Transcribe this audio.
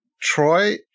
Troy